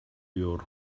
your